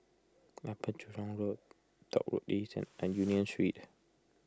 Upper Jurong Road Dock Road and Union Street